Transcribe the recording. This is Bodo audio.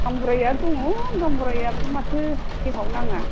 गावबुराया दङ गावबुरायाबो माथो देहायावनो नाङा